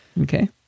Okay